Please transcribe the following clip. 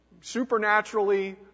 Supernaturally